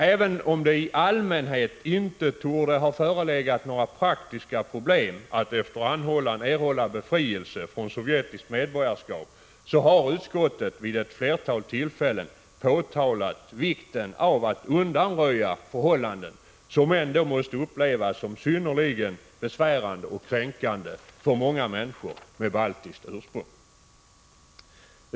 Även om det i allmänhet inte torde ha förelegat praktiska problem när det gäller att efter anhållan erhålla befrielse från sovjetiskt medborgarskap, har utskottet vid ett flertal tillfällen pekat på vikten av att sådana förhållanden undanröjs som måste upplevas som synnerligen besvärande och kränkande för många människor av baltiskt ursprung.